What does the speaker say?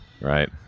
right